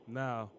now